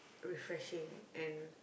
refreshing and